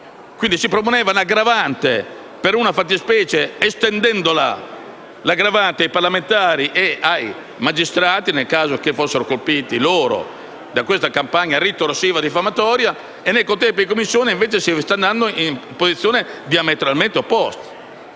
Quindi si proponeva un'aggravante per una fattispecie, estendendola ai parlamentari e ai magistrati, nel caso in cui fossero colpiti da questa campagna ritorsiva e diffamatoria quando, nel contempo, in Commissione si sta andando su posizioni diametralmente opposte.